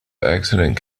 accident